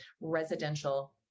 residential